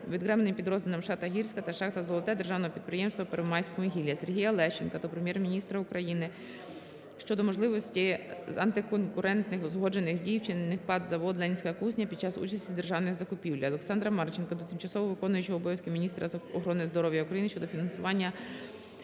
Відокремленим підрозділам "Шахта "Гірська" та "Шахта "Золоте" Державного підприємства "Первомайськвугілля". Сергія Лещенка до Прем'єр-міністра України щодо можливості антиконкурентних узгоджених дій, вчинених ПАТ "Завод "Ленінська кузня" під час участі в державних закупівлях. Олександра Марченка до тимчасово виконуючої обов'язки міністра охорони здоров'я України щодо фінансування